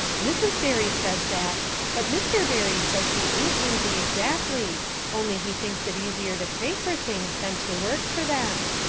mrs. barry says that but mr. barry says he aint lazy exactly only he thinks it easier to pray for things than to work for them.